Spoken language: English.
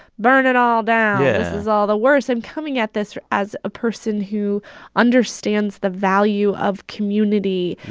burn it all down yeah this is all the worst. i'm coming at this as a person who understands the value of community.